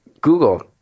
Google